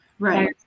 Right